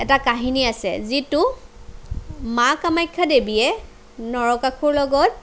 এটা কাহিনী আছে যিটো মা কামাখ্যাদেৱীয়ে নৰকাসুৰ লগত